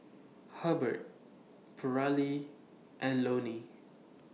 Hebert Paralee and Loney